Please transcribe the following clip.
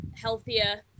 healthier